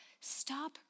Stop